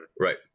Right